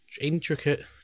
intricate